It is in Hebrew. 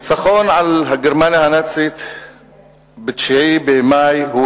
הניצחון על גרמניה הנאצית ב-9 במאי הוא